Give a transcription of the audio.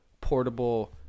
portable